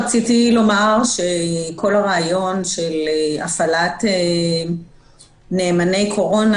רציתי לומר שכל הרעיון של הפעלת נאמני קורונה